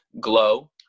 Glow